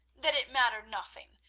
that it mattered nothing,